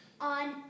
on